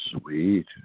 Sweet